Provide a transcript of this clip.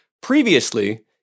previously